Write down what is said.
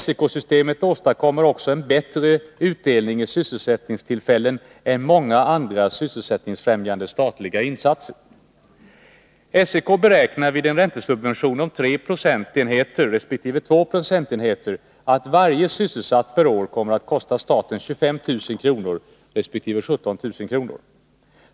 SEK-systemet åstadkommer också en bättre utdelning i sysselsättningstillfällen än många andra sysselsättningsfrämjande statliga insatser. SEK beräknar vid en räntesubvention om 3 procentenheter resp. 2 procentenheter att varje sysselsatt per år kommer att kosta staten 25 000 kr. respektive 17 000 kr.